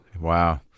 wow